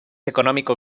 económico